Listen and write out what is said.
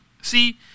See